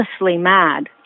mad